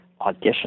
audition